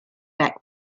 back